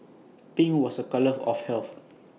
pink was A colour of health